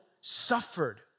suffered